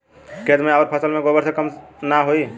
खेत मे अउर फसल मे गोबर से कम ना होई?